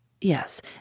Yes